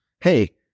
Hey